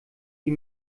die